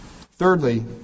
Thirdly